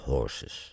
Horses